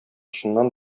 чыннан